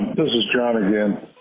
this is john again.